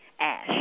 Ash